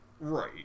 right